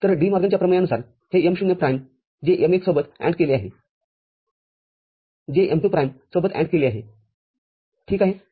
तर डी मॉर्गनच्या प्रमेयानुसारहे m० प्राइम जे m१ सोबत AND केले आहे जे m२ प्राईमसोबत AND केले आहे ठीक आहे